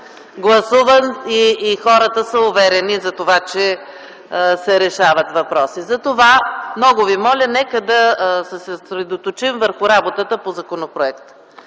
гласуван и хората са уверени за това, че се решават въпросите, затова, много ви моля да се съсредоточим върху работата по законопроекта.